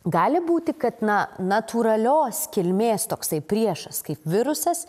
gali būti kad na natūralios kilmės toksai priešas kaip virusas